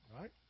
Right